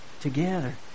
Together